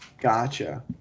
Gotcha